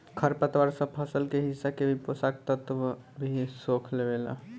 खर पतवार सब फसल के हिस्सा के भी पोषक तत्व भी सोख लेवेला